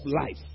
life